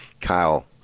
Kyle